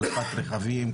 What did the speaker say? החלפת רכבים,